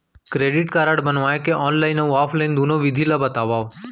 Credit card बनवाए के online अऊ ऑफलाइन दुनो विधि ला बतावव?